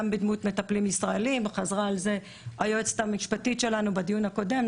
גם בדמות מטפלים ישראלים חזרה על כך היועצת המשפטית שלנו בדיון הקודם,